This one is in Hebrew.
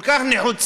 כל כך נחוצה,